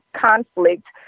conflict